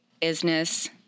business